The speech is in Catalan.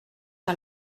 que